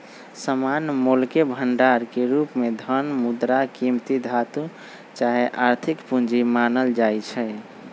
सामान्य मोलके भंडार के रूप में धन, मुद्रा, कीमती धातु चाहे आर्थिक पूजी मानल जाइ छै